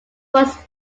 was